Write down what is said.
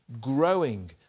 growing